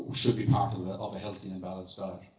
should be part and of a healthy and balanced